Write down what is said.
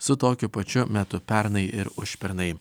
su tokiu pačiu metu pernai ir užpernai